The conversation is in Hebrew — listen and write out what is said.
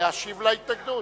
להשיב להתנגדות.